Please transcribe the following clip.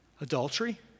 Adultery